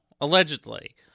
allegedly